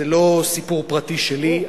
זה לא סיפור פרטי שלי,